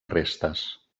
restes